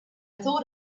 thought